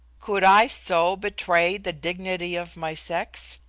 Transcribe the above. could i so betray the dignity of my sex?